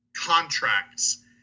contracts